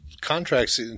Contracts